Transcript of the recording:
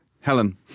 Helen